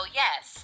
yes